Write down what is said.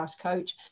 Coach